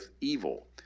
evil